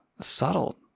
Subtle